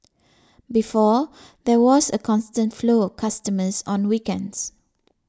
before there was a constant flow of customers on weekends